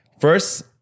first